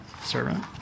servant